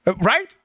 Right